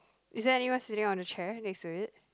is there anyone sitting on the chair next to it